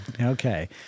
Okay